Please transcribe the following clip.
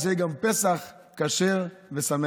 שיהיה גם פסח כשר ושמח.